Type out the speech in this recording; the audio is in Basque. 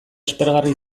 aspergarri